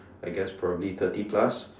I guess probably thirty plus